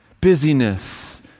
busyness